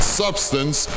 substance